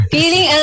Feeling